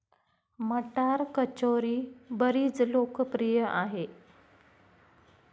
मटार कचोरी बरीच लोकप्रिय आहे